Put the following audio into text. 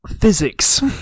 physics